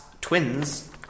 twins